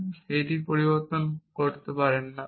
এবং এটি অর্থ পরিবর্তন করে না